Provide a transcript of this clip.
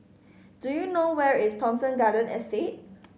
do you know where is Thomson Garden Estate